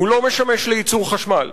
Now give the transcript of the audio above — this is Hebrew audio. הוא לא משמש לייצור חשמל,